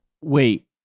Wait